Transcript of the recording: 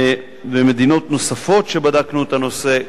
במדינות נוספות שבדקנו את הנושא,